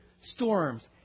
storms